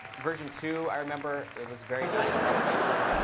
version two, i remember it was very nice, a lot of features.